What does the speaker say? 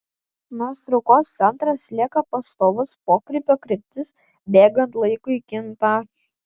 nors traukos centras lieka pastovus pokrypio kryptis bėgant laikui kinta